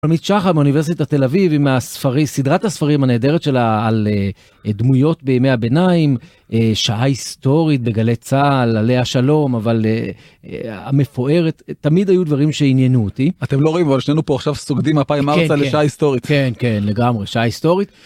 עמיד שחר מאוניברסיטת תל אביב, עם סדרת הספרים הנהדרת שלה על דמויות בימי הביניים, שעה היסטורית בגלי צהל, עליה השלום, אבל המפוארת, תמיד היו דברים שעניינו אותי. אתם לא רואים, אבל שנינו פה עכשיו סוגדים הפעם ארצה לשעה היסטורית. כן, כן, לגמרי, שעה היסטורית.